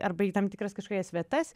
arba į tam tikras kažkokias vietas